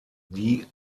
die